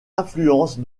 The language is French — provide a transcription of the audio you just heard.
influences